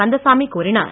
கந்தசாமி கூறினார்